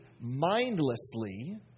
mindlessly